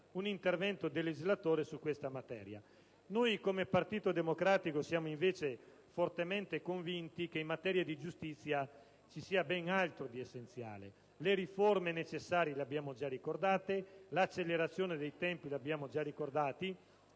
un intervento del legislatore su questa materia. Come Partito Democratico siamo invece fortemente convinti che in materia di giustizia ci sia ben altro di essenziale: le riforme necessarie sono state già ricordate così come l'accelerazione dei tempi. Questo insieme